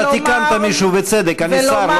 אתה תיקנת מישהו, בצדק: אני שר, לא חבר כנסת.